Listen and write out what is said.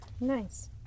Nice